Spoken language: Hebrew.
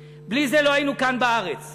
בלי זה לא היינו כאן בארץ,